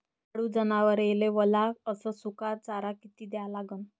दुधाळू जनावराइले वला अस सुका चारा किती द्या लागन?